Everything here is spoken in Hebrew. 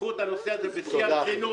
תיקחו את הנושא הזה בשיא הרצינות,